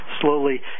slowly